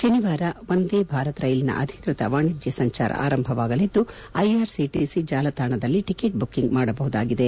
ಶನಿವಾರ ವಂದೇ ಭಾರತ್ ರೈಲಿನ ಅಧಿಕೃತ ವಾಣಿಜ್ಞ ಸಂಚಾರ ಆರಂಭವಾಗಲಿದ್ದು ಐಆರ್ಸಿಟಿಸಿ ಚಾಲತಾಣದಲ್ಲಿ ಟಿಕೆಟ್ ಬುಕ್ಕಿಂಗ್ ಮಾಡಬಹುದಾಗಿದೆ